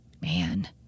man